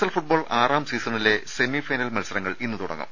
L football ആറാം സീസണിലെ semifinal മൽ സരങ്ങൾ ഇന്ന് തൂടങ്ങും